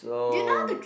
so